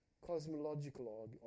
Cosmological